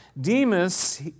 Demas